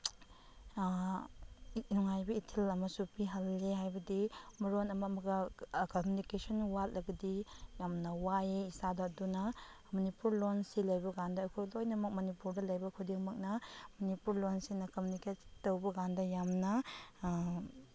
ꯅꯨꯡꯉꯥꯏꯕ ꯏꯊꯤꯜ ꯑꯃꯁꯨ ꯄꯤꯍꯜꯂꯤ ꯍꯥꯏꯕꯗꯤ ꯃꯔꯣꯟ ꯑꯃꯃꯒ ꯀꯃ꯭ꯌꯨꯅꯤꯀꯦꯁꯟ ꯋꯥꯠꯂꯒꯗꯤ ꯌꯥꯝꯅ ꯋꯥꯏꯌꯦ ꯏꯁꯥꯗ ꯑꯗꯨꯅ ꯃꯅꯤꯄꯨꯔ ꯂꯣꯟꯁꯤ ꯂꯩꯕꯀꯥꯟꯗ ꯑꯩꯈꯣꯏ ꯂꯣꯏꯅꯃꯛ ꯃꯅꯤꯄꯨꯔꯗ ꯂꯩꯕ ꯈꯨꯗꯤꯡꯃꯛꯅ ꯃꯅꯤꯄꯨꯔ ꯂꯣꯟꯁꯤꯅ ꯀꯃ꯭ꯌꯨꯅꯤꯀꯦꯠ ꯇꯧꯕꯀꯥꯟꯗ ꯌꯥꯝꯅ